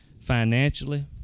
financially